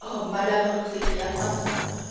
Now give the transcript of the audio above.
oh malheur s'écria franz